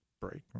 break